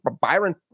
Byron